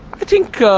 i think,